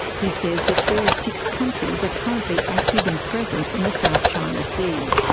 he says that all six countries are currently active and present in the south china sea.